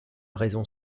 raison